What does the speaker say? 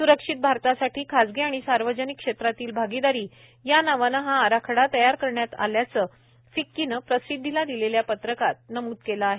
सुरक्षित भारतासाठी खासगी आणि सार्वजनिक क्षेत्रातील भागीदारी या नावानं हा आराखडा तयार करण्यात आल्याचं फिक्कीनं प्रसिदधीला दिलेल्या पत्रकात नमूद केलं आहे